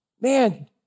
man